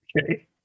Okay